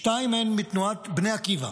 שתיים מהן מתנועת בני עקיבא.